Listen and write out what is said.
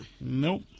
Nope